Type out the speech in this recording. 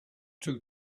two